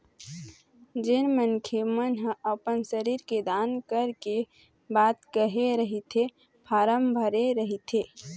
जेन मनखे मन ह अपन शरीर के दान करे के बात कहे रहिथे फारम भरे रहिथे